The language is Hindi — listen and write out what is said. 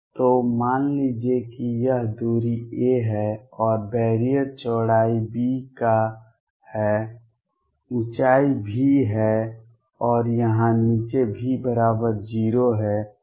तो मान लीजिए कि यह दूरी a है और बैरियर चौड़ाई b का है ऊंचाई V है और यहां नीचे V 0 है